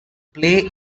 play